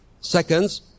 seconds